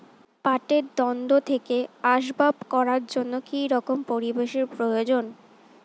পাটের দণ্ড থেকে আসবাব করার জন্য কি রকম পরিবেশ এর প্রয়োজন?